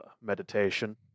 meditation